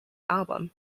album